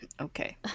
okay